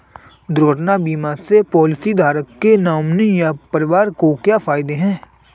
दुर्घटना बीमा से पॉलिसीधारक के नॉमिनी या परिवार को क्या फायदे हैं?